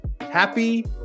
Happy